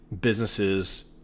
businesses